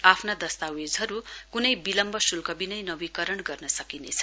आफ्ना दस्तावेजहरू क्नै विलम्ब शुल्क बिनै नवीकरण गर्न सकिनेछ